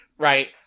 Right